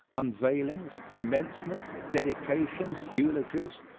unveilings, commencements, dedications, eulogies,